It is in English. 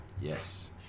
Yes